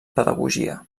pedagogia